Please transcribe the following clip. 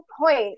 point